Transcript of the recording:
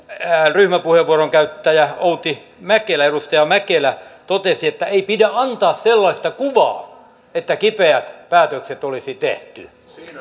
ryhmäpuheenvuoron käyttäjä edustaja outi mäkelä totesi että ei pidä antaa sellaista kuvaa että kipeät päätökset olisi tehty